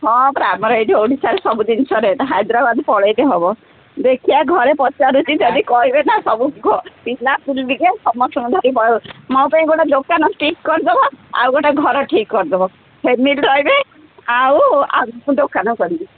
ହଁ ପରା ଆମର ଏଠି ଓଡ଼ିଶାରେ ସବୁ ଜିନିଷ ରେଟ୍ ହାଇଦ୍ରାବାଦ ପଳେଇଲେ ହେବ ଦେଖିବା ଘରେ ପଚାରୁଛି ଯଦି କହିବେ ନା ସବୁ ପିଲାପିଲି ଟିକେ ସମସ୍ତଙ୍କୁ ଧରି ପଳେଇବି ମୋ ପାଇଁ ଗୋଟେ ଦୋକାନ ଠିକ୍ କରିଦେବ ଆଉ ଗୋଟାଏ ଘର ଠିକ୍ କରିଦବ ଫେମିଲ୍ ରହିବେ ଆଉ ଆଉ ଦୋକାନ କରିବି